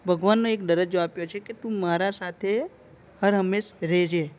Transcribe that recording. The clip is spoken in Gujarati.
ભગવાનનો એક દરજ્જો આપ્યો છે કે તું મારા સાથે હરહંમેશ રહે જે